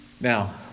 Now